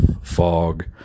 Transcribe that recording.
fog